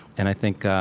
and i think,